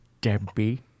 Debbie